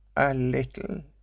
a little.